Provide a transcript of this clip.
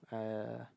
I uh